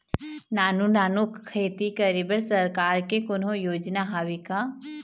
नानू नानू खेती करे बर सरकार के कोन्हो योजना हावे का?